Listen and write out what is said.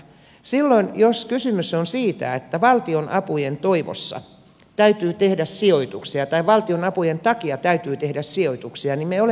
silloin jos kysymys on siitä että valtionapujen toivossa täytyy tehdä sijoituksia tai valtionapujen takia täytyy tehdä sijoituksia niin me olemme väärällä tiellä